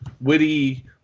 witty